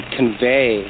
convey